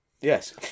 Yes